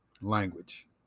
language